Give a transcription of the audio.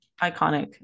Iconic